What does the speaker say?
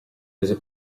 rese